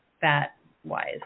fat-wise